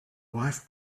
wife